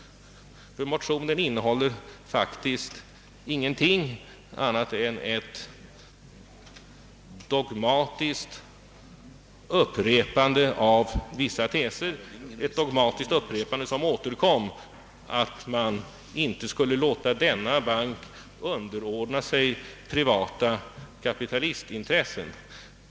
Motionen inmehåller faktiskt ingenting annat än ett dogmatiskt upprepande av vissa teser, som innebär att man inte skall låta denna bank underordna sig privata kapitalistintressen.